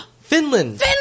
Finland